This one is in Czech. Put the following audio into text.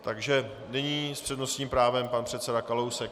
Takže nyní s přednostním právem pan předseda Kalousek.